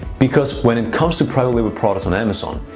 because when it comes to private label products on amazon,